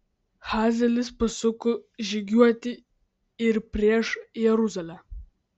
hazaelis pasuko žygiuoti ir prieš jeruzalę